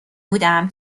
بودم